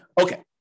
Okay